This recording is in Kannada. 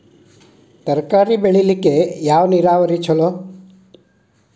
ತರಕಾರಿ ಬೆಳಿಲಿಕ್ಕ ಯಾವ ನೇರಾವರಿ ಛಲೋ?